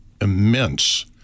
immense